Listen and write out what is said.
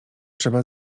trzeba